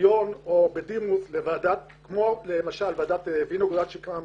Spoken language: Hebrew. עליון או בדימוס, כמו למשל ועדת וינוגרד, שקמה